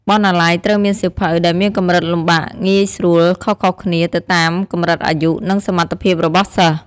បណ្ណាល័យត្រូវមានសៀវភៅដែលមានកម្រិតលំបាកងាយស្រួលខុសៗគ្នា ទៅតាមកម្រិតអាយុ និងសមត្ថភាពរបស់សិស្ស។